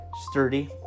sturdy